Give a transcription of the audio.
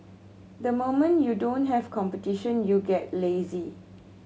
the moment you don't have competition you get lazy